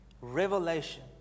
revelation